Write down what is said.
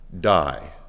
die